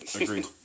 Agreed